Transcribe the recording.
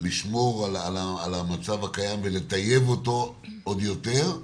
לשמור על המצב הקיים ולטייב אותו עוד יותר,